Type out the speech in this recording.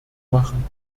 machen